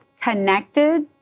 connected